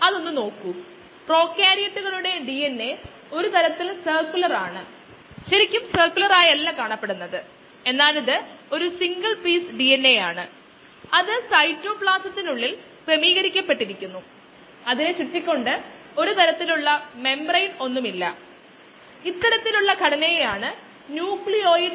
അതിനാൽ initial state t സമയത്തിന് തുല്യമാണ് അത് ലോഗ് ഫേസിന്റെ ആരംഭമാണ് അത് ബാച്ചിന്റെ തുടക്കമല്ല ഇത് ലോഗ് ഫേസിന്റെ തുടക്കമാണ് കോശങ്ങളുടെ സാന്ദ്രത x സീറോ ആണ്